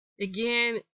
again